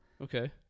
Okay